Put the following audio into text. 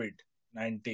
COVID-19